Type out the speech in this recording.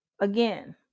Again